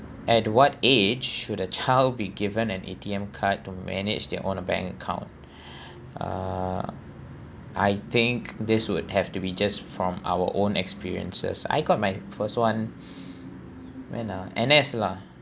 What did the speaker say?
at what age should a child be given an A_T_M card to manage their own bank account uh I think this would have to be just from our own experiences I got my first [one] when ah N_S lah